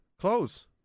Close